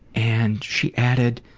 and, she added